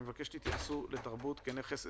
אני מבקש שתתייחסו לתרבות כנכס אסטרטגי.